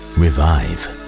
revive